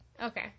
Okay